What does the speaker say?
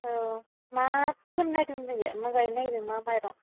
औ मा फोनो नायदों नोंलाय मोजाङै नायग्रो मा माइरं